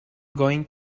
going